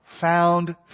found